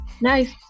nice